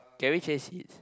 can we change seats